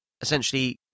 essentially